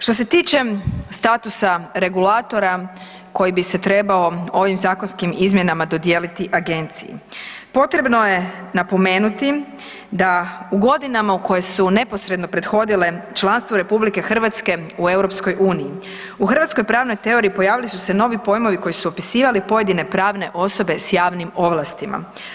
Što se tiče statusa regulatora koji bi se trebao ovim zakonskim izmjenama dodijeliti agenciji potrebno je napomenuti da u godinama koje su neposredno prethodile članstvu RH u EU u hrvatskoj pravnoj teoriji pojavili su se novi pojmovi koji su opisivali pojedine pravne osobe s javnim ovlastima.